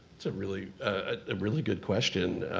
that's a really ah really good question.